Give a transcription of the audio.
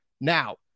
Now